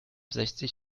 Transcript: sechzig